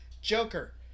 Joker